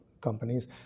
companies